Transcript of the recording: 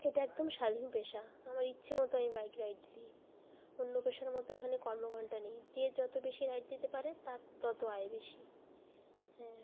এটা একদম স্বাধীন পেশা আমার ইচ্ছে মতো আমি বাইক রাইড দিই অন্য পেশার মতো এখানে কর্মঘণ্টা নেই যে যত বেশি রাইড দিতে পারে তার তত আয় বেশি হ্যাঁ